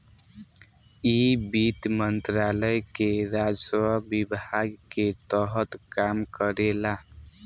इ वित्त मंत्रालय के राजस्व विभाग के तहत काम करेला